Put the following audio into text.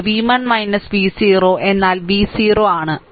ഇത് v 1 v 0 എന്നാൽ v 0 0 ആണ്